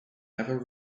never